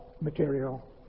material